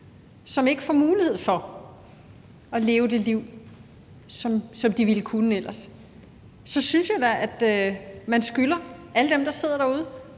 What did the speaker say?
og ikke får mulighed for at leve det liv, som de ellers ville kunne. Så synes jeg da, at man skylder alle dem, der sidder derude,